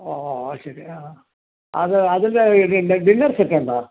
ആ ആ ശരി ആ അത് അതിന്റെ ഡിന്നർ സെറ്റ് ഉണ്ടോ